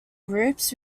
groups